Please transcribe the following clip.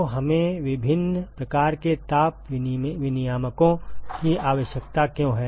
तो हमें विभिन्न प्रकार के ताप विनिमायकों की आवश्यकता क्यों है